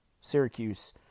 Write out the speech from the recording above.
Syracuse